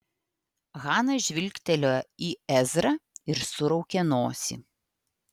hana žvilgtelėjo į ezrą ir suraukė nosį